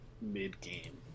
mid-game